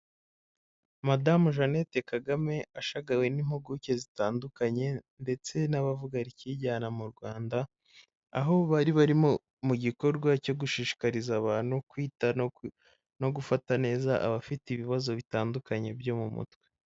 Madamu Jeannette Kagame ashagawe n'impuguke zitandukanye ndetse n'abavuga rikijyana mu Rwanda, aho bari mu gikorwa cyo gushishikariza abantu kwita no gufata neza abafite ibibazo bitandukanye byo mu mutwe.